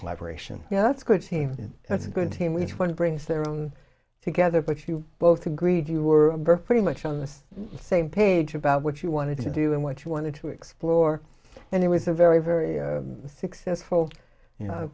collaboration you know that's a good scene and it's a good team with one brings their own together but you both agreed you were pretty much on the same page about what you wanted to do and what you wanted to explore and it was a very very successful